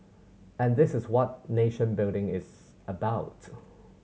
and this is what nation building is about